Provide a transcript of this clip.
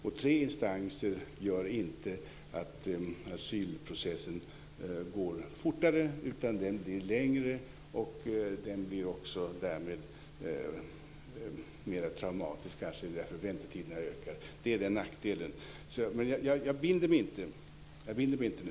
Och tre instanser gör inte att asylprocessen går fortare, utan den blir längre och därmed kanske mer traumatisk, eftersom väntetiderna ökar. Det är nackdelen. Men jag binder mig inte nu.